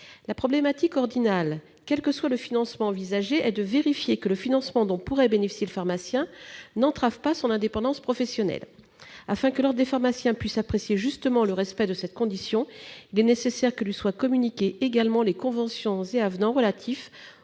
La problématique ordinale, indépendamment du financement envisagé, est de vérifier que le financement dont pourrait bénéficier le pharmacien n'entrave pas son indépendance professionnelle. Afin que l'Ordre des pharmaciens puisse apprécier, justement, le respect de cette condition, il est nécessaire que lui soient communiqués également les conventions et avenants relatifs